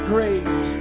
Great